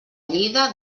lleida